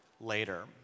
later